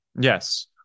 Yes